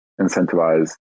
incentivize